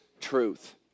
truth